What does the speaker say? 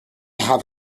have